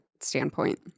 standpoint